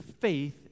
faith